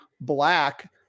black